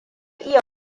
iya